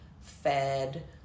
fed